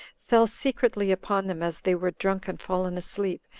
fell secretly upon them as they were drunk and fallen asleep,